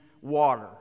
water